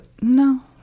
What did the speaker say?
No